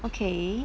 okay